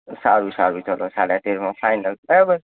સારું સારું ચાલો સાડા તેરમાં ફાઈનલ